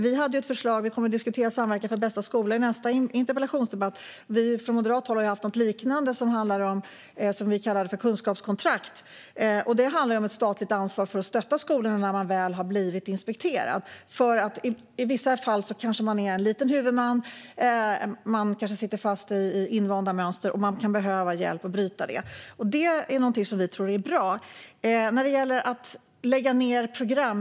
Vi kommer att diskutera Samverkan för bästa skola i nästa interpellationsdebatt, men Moderaterna har tagit fram ett liknande förslag som handlar om kunskapskontrakt. Det handlar om ett statligt ansvar för att stötta skolorna när skolan har varit föremål för inspektion. I vissa fall kanske huvudmannen är liten, skolan kan sitta fast i invanda mönster och det kan behövas hjälp för att bryta dem. Det tror vi är bra. Sedan var det frågan om att lägga ned program.